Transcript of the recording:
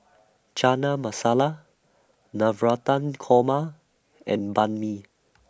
Chana Masala Navratan Korma and Banh MI